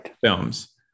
films